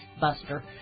Buster